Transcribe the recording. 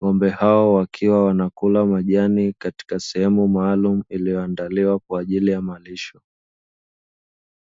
ng`ombe hao wakiwa wanakula majani katika sehemu maalumu iliyoandaliwa kwa ajili ya malisho.